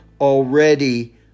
already